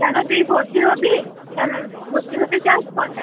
কেন তুই ভর্তি হবি কেন ভর্তি হতে চাস